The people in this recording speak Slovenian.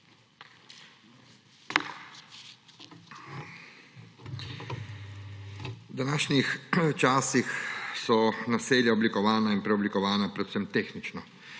V današnjih časih so naselja oblikovana in preoblikovana predvsem tehnično,